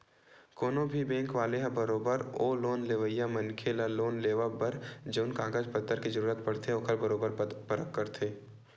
कोनो भी बेंक वाले ह बरोबर ओ लोन लेवइया मनखे ल लोन लेवब बर जउन कागज पतर के जरुरत पड़थे ओखर बरोबर परख करथे